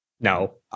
No